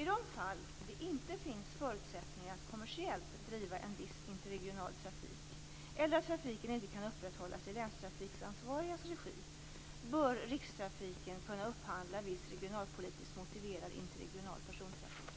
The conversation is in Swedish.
I de fall det inte finns förutsättningar att kommersiellt driva en viss interregional trafik, eller då trafiken inte kan upprätthållas i länstrafikansvarigas regi bör Rikstrafiken kunna upphandla viss regionalpolitiskt motiverad interregional persontrafik.